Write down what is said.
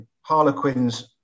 Harlequins